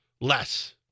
less